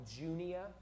Junia